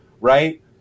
right